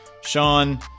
sean